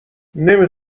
نمی